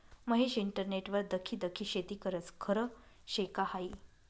महेश इंटरनेटवर दखी दखी शेती करस? खरं शे का हायी